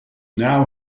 now